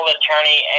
attorney